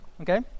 okay